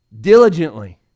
Diligently